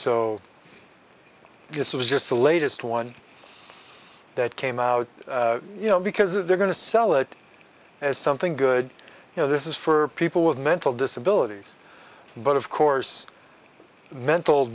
this was just the latest one that came out you know because if they're going to sell it as something good you know this is for people with mental disabilities but of course mental